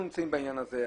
אנחנו נמצאים בעניין הזה,